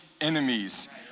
enemies